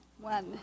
One